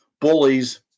bullies